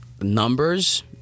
numbers